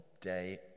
day